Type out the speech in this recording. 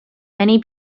many